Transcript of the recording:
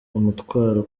umutwaro